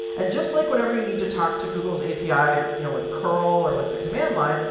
and just like whenever you need to talk to google's api you know with curl or with the command line,